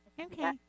Okay